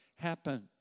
Happen